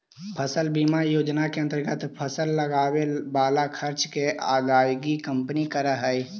फसल बीमा योजना के अंतर्गत फसल लगावे वाला खर्च के अदायगी कंपनी करऽ हई